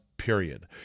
Period